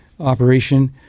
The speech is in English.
operation